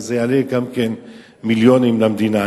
זה יעלה מיליונים למדינה.